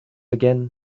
again